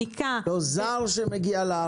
לא, זר שמגיע לארץ.